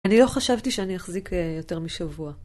אני לא חשבתי שאני אחזיק יותר משבוע.